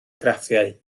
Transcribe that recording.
graffiau